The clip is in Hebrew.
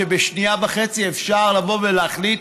ובשנייה וחצי אפשר לבוא ולהחליט: